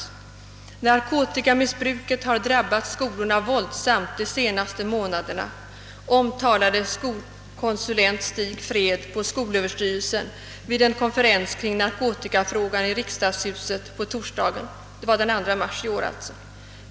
»Narkotikamissbruket har drabbat skolorna våldsamt de senaste månaderna, omtalade skolkonsulent Stig Fred på skolöverstyrelsen vid en konferens om narkotikafrågan i riksdagshuset på torsdagen.» Det var den 2 mars i år.